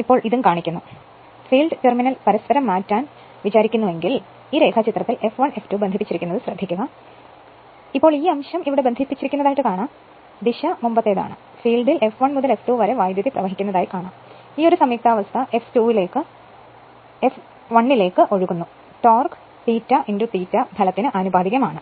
ഇപ്പോൾ ഇതും കാണിക്കുന്നു യഥാർത്ഥത്തിൽ ഫീൽഡ് ടെർമിനൽ പരസ്പരം മാറ്റാൻ ആഗ്രഹിക്കുന്നുവെങ്കിൽ യഥാർത്ഥത്തിൽ ഈ രേഖാചിത്രത്തിൽ F1 F2 ബന്ധിപ്പിച്ചിരിക്കുന്നത് കാണുക എന്നാൽ ഇപ്പോൾ ഈ അംശം ഇവിടെ ബന്ധിപ്പിച്ചിരിക്കുന്നു അതായത് ദിശ അല്ലെങ്കിൽ ഇത് മുമ്പത്തേതാണ് ഫീൽഡിൽ F1 മുതൽ F2 വരെ വൈദ്യുതി ഒഴുകുന്നു ഈ സംയുക്താവസ്ഥ F2 ലേക്ക് F1 ലേക്ക് ഒഴുകുന്നു ടോർക്ക് ∅∅ ഫലത്തിന് ആനുപാതികമാണ്